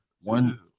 One